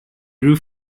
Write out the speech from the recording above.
roof